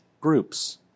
groups